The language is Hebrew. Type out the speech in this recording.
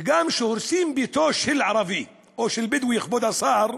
וגם, כשהורסים בית של ערבי או של בדואי, כבוד השר,